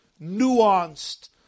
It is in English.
nuanced